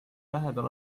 lähedal